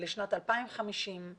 לשנת 2050 המתמקדת